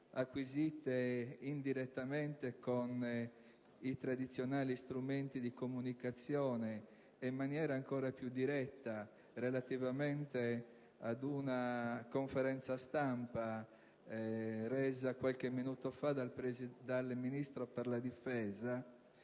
acquisite indirettamente con i tradizionali strumenti di comunicazione e in maniera ancora più diretta da una conferenza stampa resa qualche minuto fa dal Ministro della difesa,